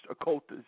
occultists